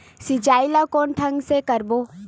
सिंचाई ल कोन ढंग से करबो?